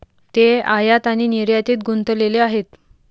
ते आयात आणि निर्यातीत गुंतलेले आहेत